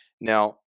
now